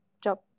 job